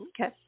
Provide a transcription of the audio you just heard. Okay